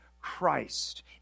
Christ